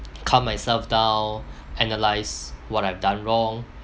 calm myself down analyse what I've done wrong